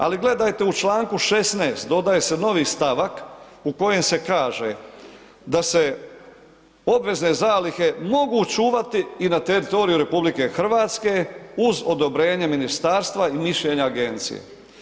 Ali gledajte u Članku 16. dodaje se novi stavak u kojem se kaže, da se obvezne zalihe mogu čuvati i na teritoriju RH uz odobrenje ministarstva i mišljenje agencije.